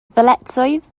ddyletswydd